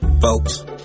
folks